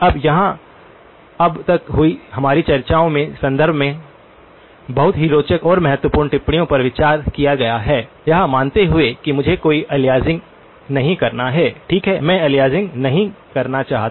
अब यहाँ अब तक हुई हमारी चर्चाओं के संदर्भ में बहुत ही रोचक और महत्वपूर्ण टिप्पणियों पर विचार किया गया है यह मानते हुए कि मुझे कोई अलियासिंग नहीं करना है ठीक है मैं अलियासिंग नहीं करना चाहता